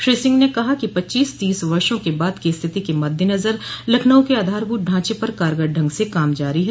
श्री सिंह ने कहा कि पच्चीस तीस वर्षो के बाद की स्थिति क मद्देनजर लखनऊ के आधारभूत ढाँचे पर कारगर ढंग से काम जारी है